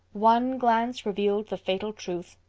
one glance revealed the fatal truth.